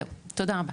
זהו, תודה רבה.